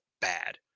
bad